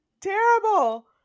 terrible